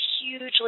hugely